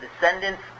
descendants